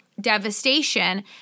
devastation